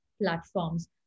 platforms